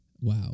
Wow